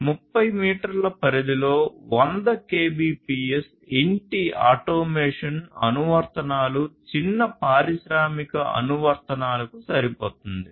30 మీటర్ల పరిధిలో 100 కెబిపిఎస్ ఇంటి ఆటోమేషన్ అనువర్తనాలు చిన్న పారిశ్రామిక అనువర్తనాలకు సరిపోతుంది